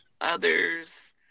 others